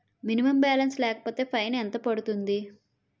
Minimum balance లేకపోతే fine ఎంత పడుతుంది?